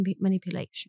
manipulation